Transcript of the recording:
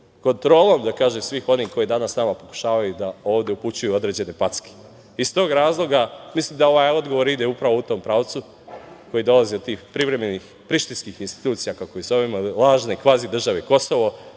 kontrolom svih onih koji danas tamo pokušavaju da ovde upućuju određene packe. Iz tog razloga mislim da ovaj odgovor ide upravo u tom pravcu koji dolazi od tih privremenih prištinskih institucija, kako ih zovemo, kvazi države Kosovo,